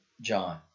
John